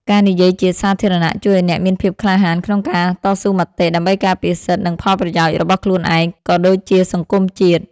ការនិយាយជាសាធារណៈជួយឱ្យអ្នកមានភាពក្លាហានក្នុងការតស៊ូមតិ ដើម្បីការពារសិទ្ធិ និងផលប្រយោជន៍របស់ខ្លួនឯង ក៏ដូចជាសង្គមជាតិ។